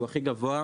הוא הכי גבוה,